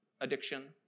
addiction